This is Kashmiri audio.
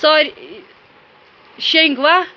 شیٚنگوا